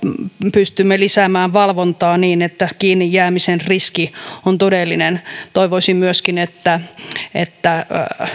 pystymme lisäämään valvontaa niin että kiinni jäämisen riski on todellinen toivoisin myöskin että että